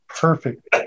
Perfect